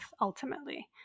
ultimately